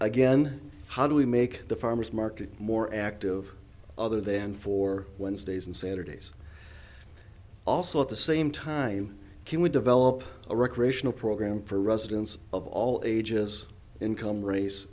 again how do we make the farmer's market more active other than for wednesdays and saturdays also at the same time can we develop a recreational program for residents of all ages income race